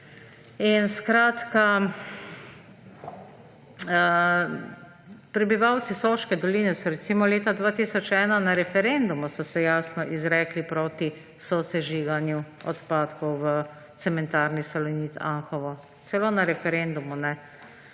sosežig. Prebivalci Soške doline so se recimo leta 2001 na referendumu jasno izrekli proti sosežiganju odpadkov v cementarni Salonit Anhovo. Celo na referendumu.